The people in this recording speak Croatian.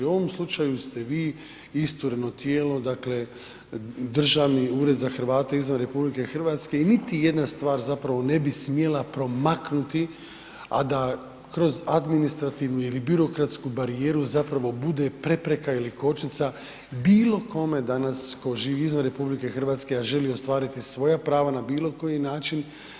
U ovom slučaju ste vi istureno tijelo, dakle Državni ured za Hrvate izvan RH i niti jedna stvar zapravo ne bi smjela promaknuti, a da kroz administrativnu ili birokratsku barijeru zapravo bude prepreka ili kočnica bilo kome danas tko živi izvan RH, a želi ostvariti svoja prava na bilo koji način.